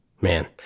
man